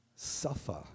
suffer